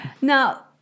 Now